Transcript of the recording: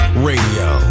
Radio